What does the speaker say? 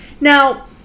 Now